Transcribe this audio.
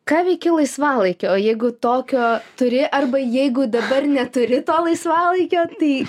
ką veiki laisvalaikiu o jeigu tokio turi arba jeigu dabar neturi to laisvalaikio tai